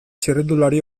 txirrindulari